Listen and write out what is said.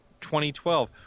2012